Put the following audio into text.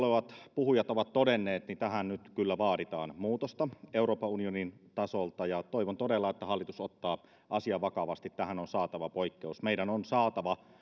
puhujat ovat todenneet niin tähän nyt kyllä vaaditaan muutosta euroopan unionin tasolta ja toivon todella että hallitus ottaa asian vakavasti tähän on saatava poikkeus meidän on saatava